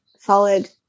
solid